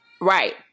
right